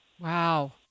Wow